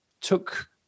took